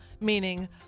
meaning